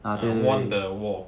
I won the war